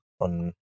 on